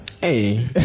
Hey